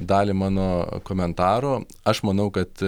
dalį mano komentaro aš manau kad